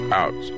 out